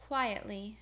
quietly